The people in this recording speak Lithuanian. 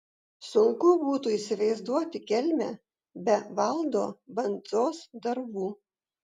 sunku būtų įsivaizduoti kelmę be valdo bandzos darbų